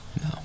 No